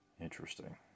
Interesting